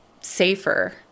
safer